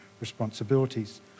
Responsibilities